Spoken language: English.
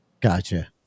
Gotcha